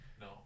No